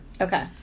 okay